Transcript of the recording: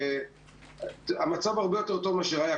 החמ"ד והמצב הרבה יותר טוב לעומת המצב שהיה.